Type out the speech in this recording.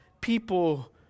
people